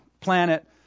planet